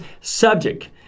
subject